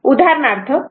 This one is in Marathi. उदाहरणार्थ समजा OA i